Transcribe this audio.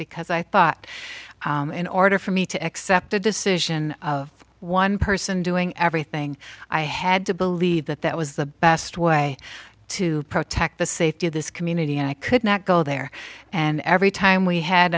because i thought in order for me to accept the decision of one person doing everything i had to believe that that was the best way to protect the safety of this community and i could not go there and every time we had